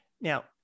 now